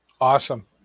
Awesome